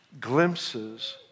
glimpses